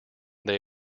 they